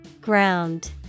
Ground